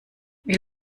wie